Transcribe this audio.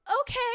okay